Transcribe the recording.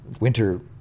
winter